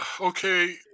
okay